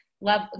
love